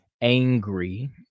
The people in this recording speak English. angry